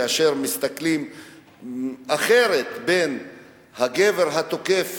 כאשר מסתכלים אחרת על הגבר התוקף